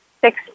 six